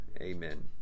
Amen